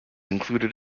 included